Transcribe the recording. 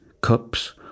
cups